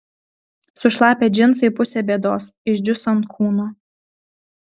sušlapę džinsai pusė bėdos išdžius ant kūno